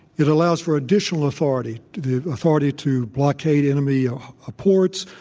it allows for additional authority, the authority to blockade enemy ah ah ports,